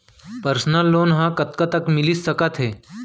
Personal loan ह कतका तक मिलिस सकथे?